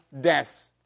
deaths